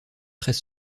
très